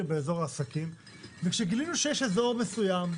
באזור העסקים וכשגילינו שיש אזור מסוים,